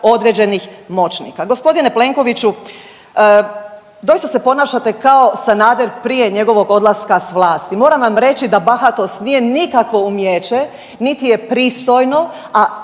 određenih moćnika. Gospodine Plenkoviću, doista se ponašate kao Sanader prije njegovog odlaska s vlasti. Moram vam reći da bahatost nije nikakvo umijeće, niti je pristojno,